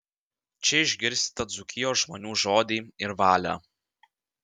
čia išgirsite dzūkijos žmonių žodį ir valią